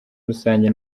rusange